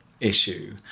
issue